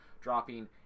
dropping